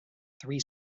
three